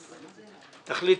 תחליטו.